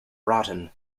rotten